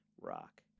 rock